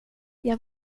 jag